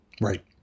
Right